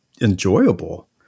enjoyable